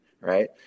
right